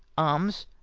arms.